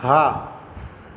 હા